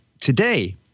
Today